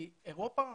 את אירופה,